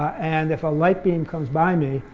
and if a light beam comes by me,